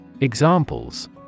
Examples